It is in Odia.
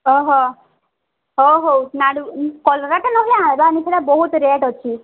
ହ ହ ହେଉ ହେଉ ନାରୁ କଲରାଟା ନହେଲେ ଆଣିବାନି ସେଇଟା ବହୁତ ରେଟ୍ ଅଛି